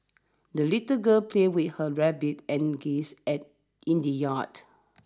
the little girl played with her rabbit and geese at in the yard